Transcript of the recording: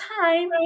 time